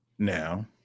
Now